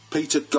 Peter